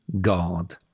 god